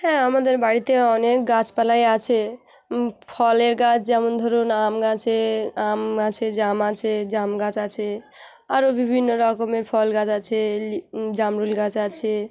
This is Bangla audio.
হ্যাঁ আমাদের বাড়িতে অনেক গাছপালাই আছে ফলের গাছ যেমন ধরুন আম আছে আম আছে জাম আছে জাম গাছ আছে আরও বিভিন্ন রকমের ফল গাছ আছে লি জামরুল গাছ আছে